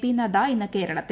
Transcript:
P Nadda ഇന്ന് ക്ട്ര്ളത്തിൽ